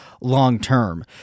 long-term